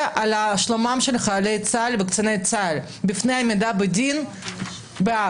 על שלומם של חיילי צה"ל וקציני צה"ל מפני עמידה לדין בהאג.